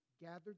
gathered